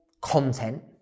content